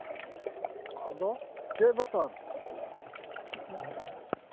ᱟᱫᱚ ᱪᱮᱫ ᱵᱮᱯᱟᱨ